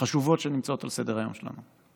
החשובות שנמצאות על סדר-היום שלנו.